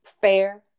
fair